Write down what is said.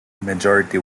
majority